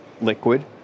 liquid